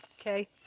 okay